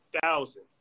thousand